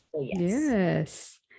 Yes